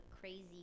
crazy